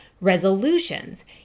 resolutions